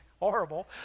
horrible